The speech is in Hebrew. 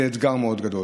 זה אתגר מאוד גדול.